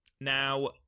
Now